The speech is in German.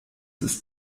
ist